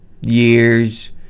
years